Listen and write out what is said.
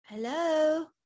Hello